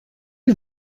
you